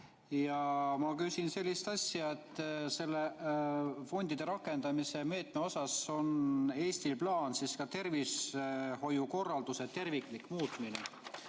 Ja ma küsin sellist asja. Selle fondide rakendamise meetme osas on Eestil plaan tervishoiukorralduse terviklik muutmine.